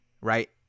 right